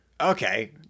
okay